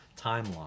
timeline